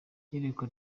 iyerekwa